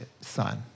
son